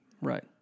Right